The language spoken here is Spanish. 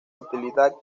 utilidad